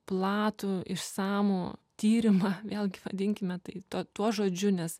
platų išsamų tyrimą vėlgi vadinkime tai tuo tuo žodžiu nes